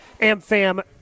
AmFam